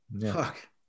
Fuck